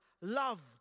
loved